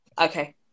okay